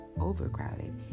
overcrowded